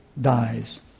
dies